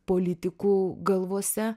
politikų galvose